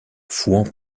fouan